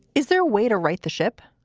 is there a way to right the ship?